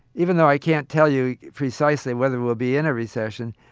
even though i can't tell you precisely whether we'll be in a recession.